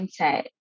mindset